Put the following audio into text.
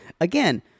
Again